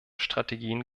strategien